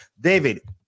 David